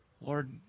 Lord